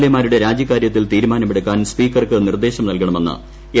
A മാരുടെ രാജിക്കാര്യത്തിൽ തീരുമാനമെടുക്കാൻ സ്പീക്കർക്ക് നിർദ്ദേശം നൽകണമെന്ന് എം